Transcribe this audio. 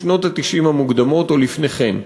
בשנות ה-90 המוקדמות או לפני כן,